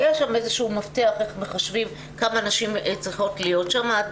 יש שם איזה שהוא מפתח איך מחשבים כמה נשים צריכות להיות שם,